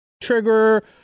trigger